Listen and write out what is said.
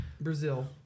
Brazil